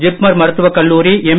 ஜிப்மர் மருத்துவக் கல்லூரி எம்